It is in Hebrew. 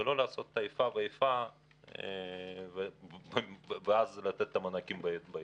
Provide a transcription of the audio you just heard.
ולא לעשות איפה ואיפה ואז לתת מענקים בהתאם.